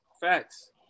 Facts